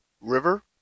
River